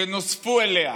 שנוספו עליה